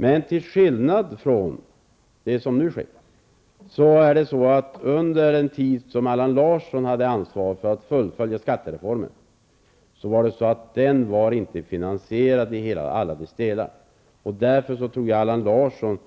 Men till skillnad från det som nu sker är det så att under den tid, då Allan Larsson hade ansvar för att fullfölja skattereformen, var den inte finansierad till alla delar. Därför tycker jag att Allan Larsson